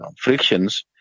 frictions